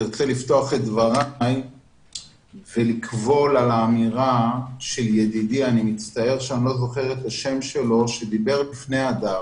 אני ארצה לפתוח את דבריי ולקבול על האמירה של ידידי שדיבר לפני הדר.